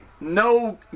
no